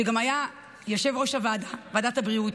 שגם היה יושב-ראש ועדת הבריאות,